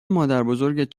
مادربزرگت